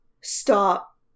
Stop